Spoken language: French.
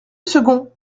second